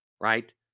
right